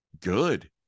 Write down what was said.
good